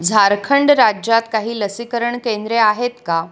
झारखंड राज्यात काही लसीकरण केंद्रे आहेत का